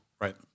Right